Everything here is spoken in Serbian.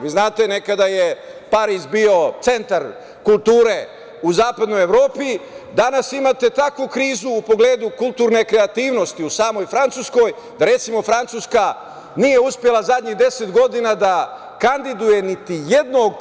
Vi znate, nekada je Pariz bio centar kulture u zapadnoj Evropi, a danas imate takvu krizu u pogledu kulturne kreativnosti u samoj Francuskoj, da recimo Francuska nije uspela zadnjih deset godina da kandiduje niti jednog